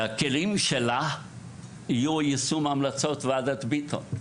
שהכלים שלה יהיו יישום המלצות ועדת ביטון.